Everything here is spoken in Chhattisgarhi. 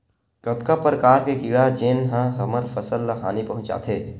कतका प्रकार के कीड़ा जेन ह हमर फसल ल हानि पहुंचाथे?